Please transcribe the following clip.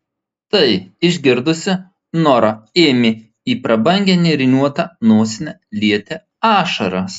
tai išgirdusi nora ėmė į prabangią nėriniuotą nosinę lieti ašaras